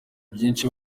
byinshi